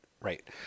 right